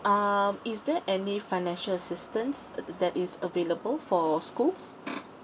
um is there any financial assistance that is available for schools